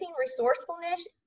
resourcefulness